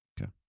Okay